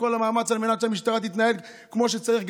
כל המאמץ על מנת שהמשטרה תתנהג כמו שצריך,